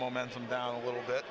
momentum down a little bit